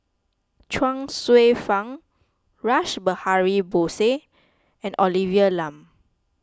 Chuang Hsueh Fang Rash Behari Bose and Olivia Lum